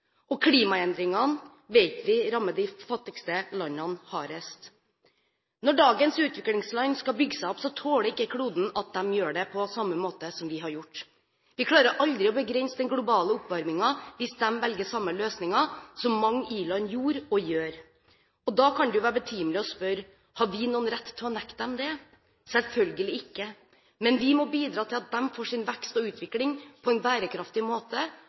økosystem. Klimaendringene vet vi rammer de fattigste landene hardest. Når dagens utviklingsland skal bygge seg opp, tåler ikke kloden at de gjør det på samme måte som vi har gjort. Vi klarer aldri å begrense den globale oppvarmingen hvis de velger samme løsningen som mange i-land gjorde og gjør. Og da kan det jo være betimelig å spørre: Har vi noen rett til å nekte dem det? Selvfølgelig ikke. Men vi må bidra til at de får sin vekst og utvikling på en bærekraftig måte.